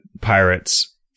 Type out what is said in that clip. pirates